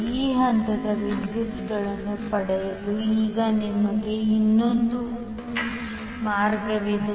ಈ ಹಂತದ ವಿದ್ಯುತ್ಗಳನ್ನು ಪಡೆಯಲು ಈಗ ನಮಗೆ ಇನ್ನೊಂದು ಮಾರ್ಗವಿದೆ